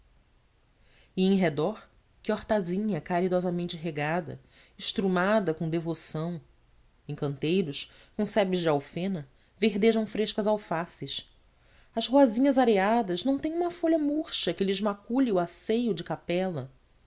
em redor que hortazinha caridosamente regada estrumada com devoção em canteiros com sebes de alfena verdejam frescas alfaces as ruazinhas areadas não têm uma folha murcha que lhes macule o asseio de capela